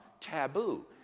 taboo